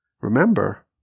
Remember